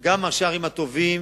גם ראשי הערים הטובים